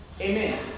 Amen